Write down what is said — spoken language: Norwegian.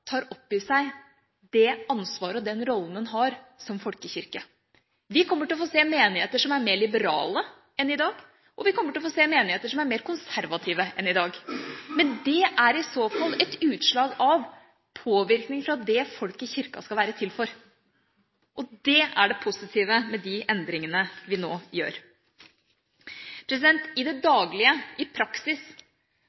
tar opp i seg det ansvaret og den rollen den har som folkekirke. Vi kommer til å få se menigheter som er mer liberale enn i dag, og vi kommer til å få se menigheter som er mer konservative enn i dag. Det er i så fall et utslag av påvirkning fra det folket Kirka skal være til for. Det er det positive med de endringene vi nå gjør. I det daglige, i praksis, vil vi vanlige kirkegjengere merke veldig liten forskjell. Det